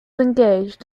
engaged